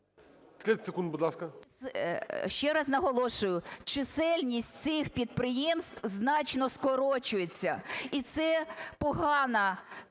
Ще раз наголошую: чисельність цих підприємств значно скорочується і це погана